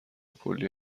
کلی